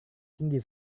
tinggi